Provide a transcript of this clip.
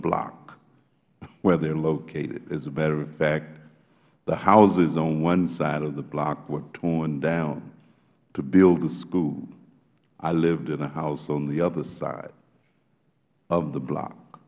block where they are located as a matter of fact the houses on one side of the block were torn down to build the school i lived in a house on the other side of the block